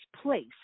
place